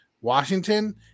Washington